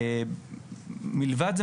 מלבד זה,